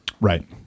Right